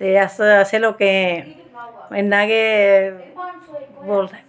ते अस असें लोकें इन्ना गै बोलना ऐ